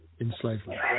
enslavement